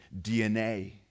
DNA